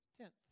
Tenth